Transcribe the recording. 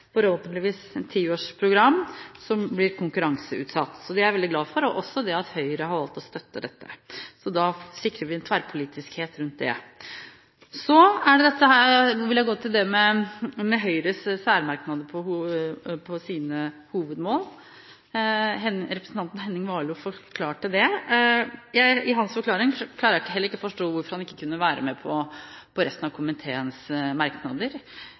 forhåpentligvis med et tiårsprogram som blir konkurranseutsatt. Det er jeg veldig glad for – og også at Høyre har valgt å støtte dette. Da sikrer vi tverrpolitisk enighet om det. Så til Høyres særmerknader om sine hovedmål. Representanten Henning Warloe forklarte om dem. Etter å ha hørt hans forklaring, forstår jeg ikke hvorfor de ikke kunne være med på resten av komiteens merknader.